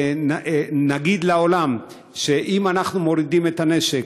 ונגיד לעולם שאם אנחנו מורידים את הנשק,